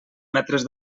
metres